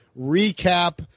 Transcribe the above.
recap